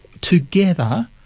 Together